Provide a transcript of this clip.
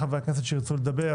חברי הכנסת שירצו לדבר,